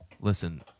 Listen